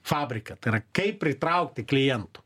fabriką tai yra kaip pritraukti klientų